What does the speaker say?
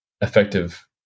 effective